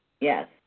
Yes